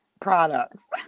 products